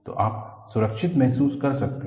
तो आप सुरक्षित महसूस कर सकते हैं